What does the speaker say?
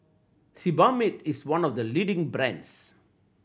Sebamed is one of the leading brands